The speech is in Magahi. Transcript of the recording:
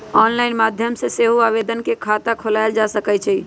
ऑनलाइन माध्यम से सेहो आवेदन कऽ के खता खोलायल जा सकइ छइ